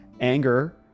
Anger